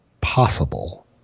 possible